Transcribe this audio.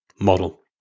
model